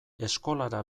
eskolara